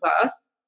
class